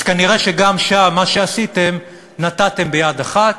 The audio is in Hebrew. אז כנראה גם שם, מה שעשיתם, נתתם ביד אחת